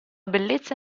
bellezza